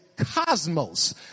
cosmos